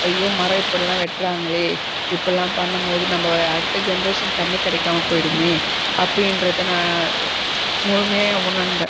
ஐயோ மரம் இப்படிலாம் வெட்டுறாங்களே இப்படிலாம் பண்ணும்போது நம்ம அடுத்த ஜெனரேஷனுக்கு தண்ணி கிடைக்காம போய்விடுமே அப்படின்றதை நான் முழுமையாக உணர்ந்தேன்